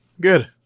Good